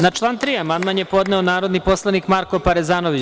Na član 3. Amandman je podneo narodni poslanik Marko Parezanović.